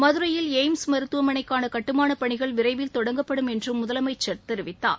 மதுரையில் எய்ம்ஸ் மருததுவமனைக்கான கட்டுமானப் பணிகள் விரைவில் தொடங்கப்படும் என்றும் முதலமைச்சர் தெரிவித்தார்